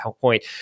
point